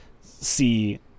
see